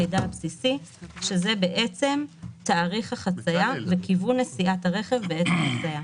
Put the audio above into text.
המידע הבסיסי)." זה בעצם תאריך החצייה וכיוון נסיעת הרכב בעת החצייה.